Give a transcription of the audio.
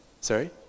sorry